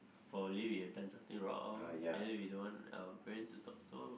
probably we have done something wrong and then we don't want our parents to talk to our